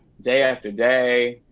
day after day.